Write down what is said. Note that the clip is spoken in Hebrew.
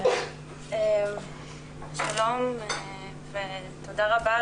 שלום ותודה רבה על